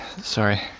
Sorry